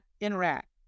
interact